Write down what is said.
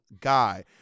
guy